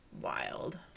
wild